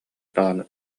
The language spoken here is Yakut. даҕаны